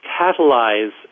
catalyze